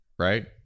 Right